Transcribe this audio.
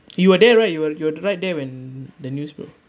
you were there right you were you were th~ right there when the news broke